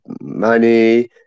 money